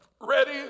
ready